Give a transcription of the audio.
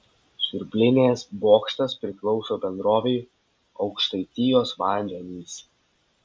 siurblinės bokštas priklauso bendrovei aukštaitijos vandenys